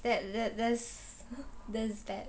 that~ that~ that's that's bad